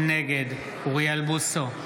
נגד אוריאל בוסו,